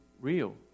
real